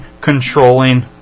controlling